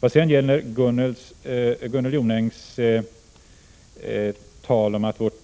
Vad sedan gäller Gunnel Jonängs tal om att Sveriges